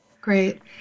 Great